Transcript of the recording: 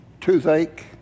toothache